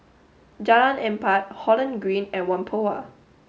Jalan Empat Holland Green and Whampoa